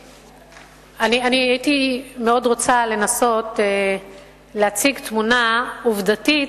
הייתי מאוד רוצה לנסות להציג תמונה עובדתית,